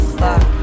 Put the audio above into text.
fuck